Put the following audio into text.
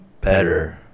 better